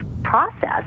process